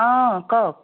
অঁ কওক